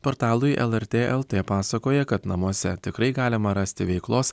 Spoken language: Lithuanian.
portalui lrt lt pasakoja kad namuose tikrai galima rasti veiklos